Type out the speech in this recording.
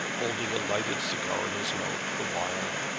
holding a lighted cigar in his mouth the while,